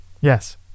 yes